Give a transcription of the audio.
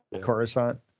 coruscant